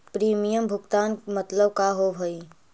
Premium भुगतान मतलब का होव हइ?